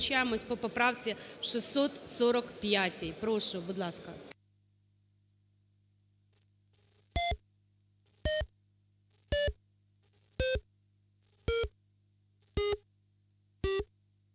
вами визначаємось по поправці 645-й. Прошу, будь ласка.